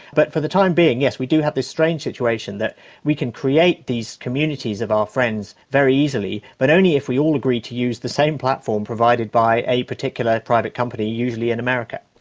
but for the time being, yes, we do have this strange situation where we can create these communities of our friends very easily, but only if we all agree to use the same platform provided by a particular private company, usually in america.